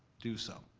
do so.